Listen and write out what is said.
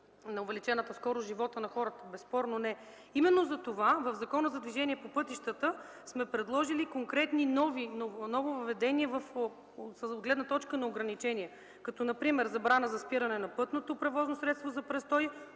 на увеличената скорост. Безспорно – не! Именно затова в Закона за движение по пътищата сме предложили конкретни нововъведения от гледна точка на ограничения, като например: забрана за спиране на пътното превозно средство за престой,